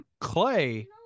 Clay